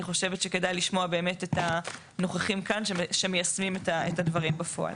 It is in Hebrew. אני חושבת שכדאי לשמוע באמת את הנוכחים כאן שמיישמים את הדברים בפועל.